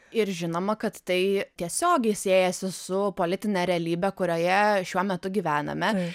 ir žinoma kad tai tiesiogiai siejasi su politine realybe kurioje šiuo metu gyvename